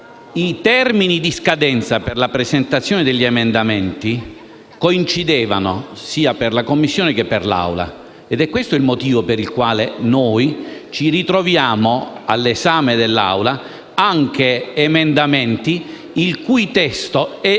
i termini di scadenza per la presentazione degli emendamenti coincidevano sia per la Commissione che per l'Assemblea. Ed è questo il motivo per il quale noi troviamo all'esame dell'Assemblea anche emendamenti il cui testo è